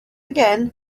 again